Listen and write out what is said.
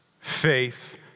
faith